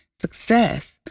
success